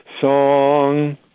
song